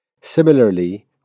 similarly